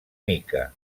mica